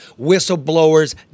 Whistleblowers